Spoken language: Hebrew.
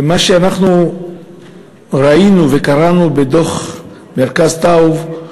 ומה שאנחנו ראינו וקראנו בדוח מרכז טאוב,